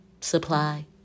supply